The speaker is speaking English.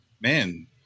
Man